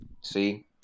see